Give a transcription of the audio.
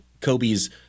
Kobe's